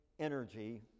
energy